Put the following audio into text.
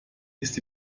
ist